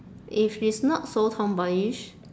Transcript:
if she's not so tomboyish